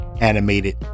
animated